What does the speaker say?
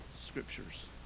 scriptures